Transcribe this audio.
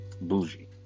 bougie